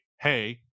Hey